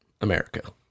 America